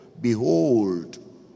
Behold